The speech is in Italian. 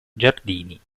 giardini